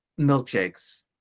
milkshakes